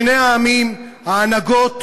שני העמים, ההנהגות,